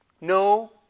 no